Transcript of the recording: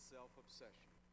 Self-Obsession